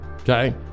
Okay